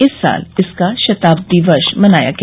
इस साल इसका शताब्दी वर्ष मनाया गया